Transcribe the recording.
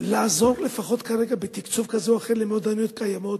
לעזור לפחות כרגע בתקצוב כזה או אחר למועדוניות קיימות.